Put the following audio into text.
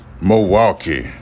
Milwaukee